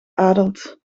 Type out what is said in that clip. adelt